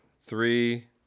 three